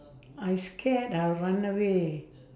I scared I'll run away